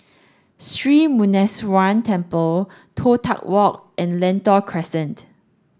Sri Muneeswaran Temple Toh Tuck Walk and Lentor Crescent